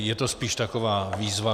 Je to spíš taková výzva.